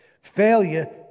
Failure